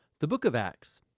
the book of acts.